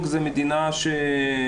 לזמן.